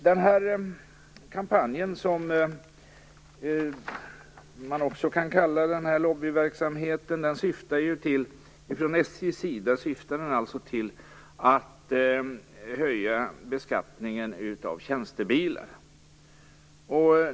Den här kampanjen, som man också kan kalla denna lobbyverksamhet, syftar ju från SJ:s sida till att höja beskattningen av tjänstebilar.